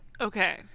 Okay